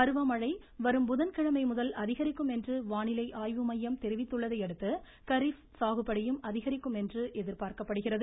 பருவ மழை வரும் புதன்கிழமை முதல் அதிகரிக்கும் என்று வானிலை ஆய்வு மையம் தெரிவித்துள்ளதையடுத்து காரிப் சாகுபடியும் அதிகரிக்கும் என்று எதிர்ப்பார்க்கப்படுகிறது